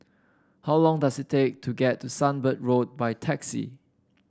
how long does it take to get to Sunbird Road by taxi